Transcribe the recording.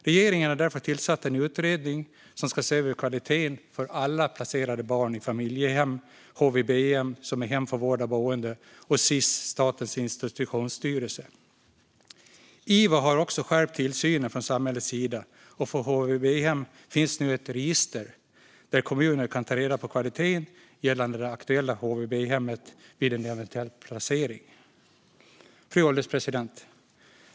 Regeringen har därför tillsatt en utredning som ska se över kvaliteten för alla barn som är placerade i familjehem, HVB-hem, det vill säga hem för vård och boende, och Sis-hem, som drivs av Statens institutionsstyrelse. Ivo har också skärpt tillsynen från samhällets sida, och för HVB-hem finns nu ett register där kommuner kan ta reda på det aktuella HVB-hemmets kvalitet inför en eventuell placering. Fru ålderspresident!